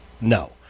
no